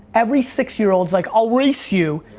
every six-year-old's like, i'll race you,